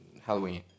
Halloween